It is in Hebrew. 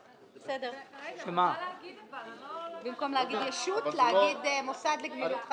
במקום להגיד "ישות" להגיד "מוסד לגמילות חסדים".